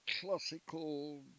classical